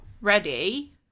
ready